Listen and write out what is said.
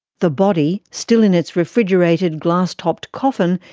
the body, still in its refrigerated glass topped coffin,